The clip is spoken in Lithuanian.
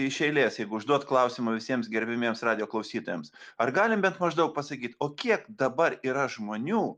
iš eilės jeigu užduot klausimą visiems gerbiamiems radijo klausytojams ar galim bent maždaug pasakyt o kiek dabar yra žmonių